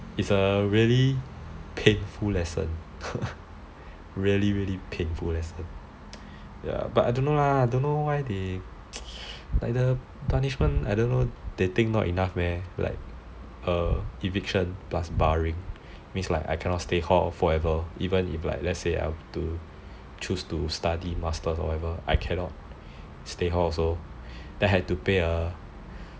it's a really painful lesson really really painful lesson like I don't know lah don't know why they punishment think they not enough leh err eviction plus barring means like I cannot stay hall forever even if like I were to choose to study masters or whatever I cannot stay hall or whatever